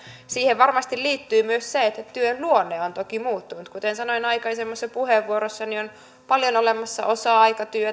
siihen varmasti liittyy myös se että työn luonne on toki muuttunut kuten sanoin aikaisemmassa puheenvuorossani on paljon olemassa osa aikatyötä